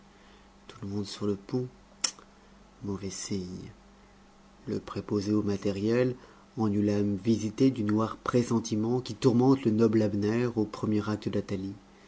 tout le monde sur le pont mauvais signe le préposé au matériel en eut l'âme visitée du noir pressentiment qui tourmente le noble abner au er acte d'athalie